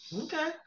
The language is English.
Okay